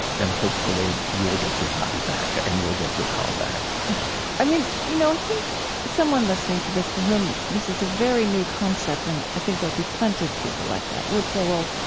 and hopefully, you will get your body back and you will get your car back i mean, you know, i think someone listening to this for whom this is a very new concept and, i think, there'll be plenty of people like that would say, well,